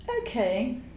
Okay